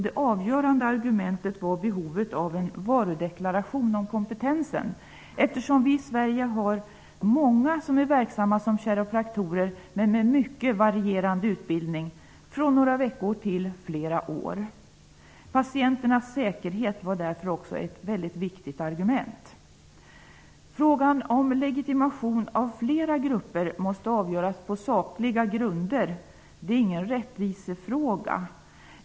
Det avgörande argumentet var behovet av en ''varudeklaration'' om kompetensen, eftersom vi i Sverige har många som är verksamma som kiropraktorer, men med mycket varierande utbildning, från några veckor till flera år. Patienternas säkerhet var därför också ett mycket viktigt argument. Frågan om legitimation av flera grupper måste avgöras på sakliga grunder. Det är ingen rättvisefråga.